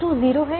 तो X2 v2 0 है